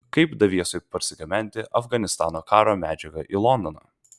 kaip daviesui parsigabenti afganistano karo medžiagą į londoną